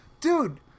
dude